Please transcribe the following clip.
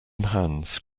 hands